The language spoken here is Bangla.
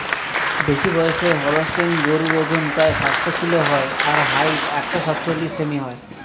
বেশিবয়সের হলস্তেইন গরুর অজন প্রায় সাতশ কিলো হয় আর হাইট একশ সাতচল্লিশ সেমি হয়